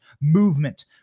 movement